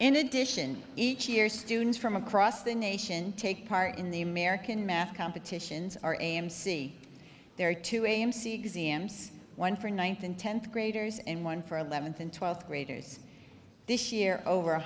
in addition each year students from across the nation take part in the american math competitions are am see there are two amc exams one for ninth and tenth graders and one for eleventh and twelfth graders this year over